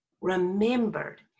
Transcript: remembered